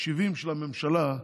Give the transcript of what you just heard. בתחשיבים של הממשלה,